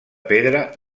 pedra